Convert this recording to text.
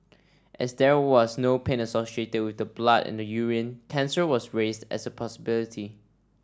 as there was no pain associated with the blood in the urine cancer was raised as a possibility